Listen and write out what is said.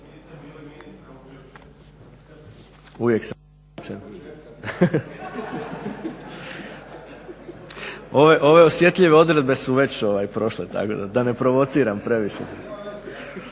zvučnik. Ove osjetljive odredbe su već prošle tako da ne provociram previše.